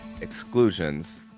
Exclusions